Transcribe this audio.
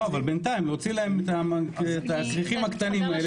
אבל בינתיים, להוציא להם את הכריכים הקטנים האלה.